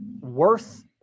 worth